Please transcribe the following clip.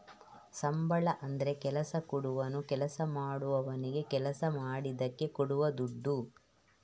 ಸಂಬಳ ಅಂದ್ರೆ ಕೆಲಸ ಕೊಟ್ಟವನು ಕೆಲಸ ಮಾಡುವವನಿಗೆ ಕೆಲಸ ಮಾಡಿದ್ದಕ್ಕೆ ಕೊಡುವ ದುಡ್ಡು